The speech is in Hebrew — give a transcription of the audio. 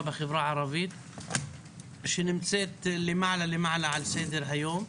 בחברה הערבית שנמצאת למעלה על סדר-היום.